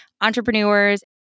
entrepreneurs